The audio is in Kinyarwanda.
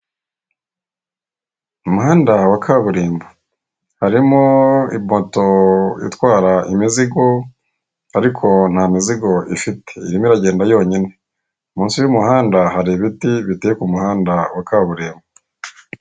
Umuhanda wa kaburimbo, harimo moto itwara imizigo ariko nta mizigo ifite, irimo iragenda yonyine, munsi y'umuhanda hari ibiti biteye ku muhanda wa kaburimbo.